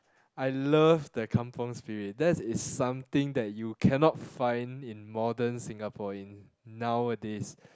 I love the kampung-spirit that is something that you cannot find in modern Singapore in nowadays